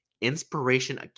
Inspiration